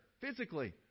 physically